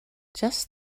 just